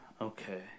okay